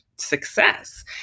success